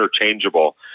interchangeable